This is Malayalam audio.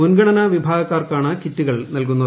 മുൻഗണനാ വിഭാഗക്കാർക്കാണ് കിറ്റുകൾ നൽകുന്നത്